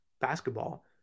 basketball